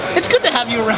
it's good to have you around.